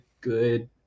good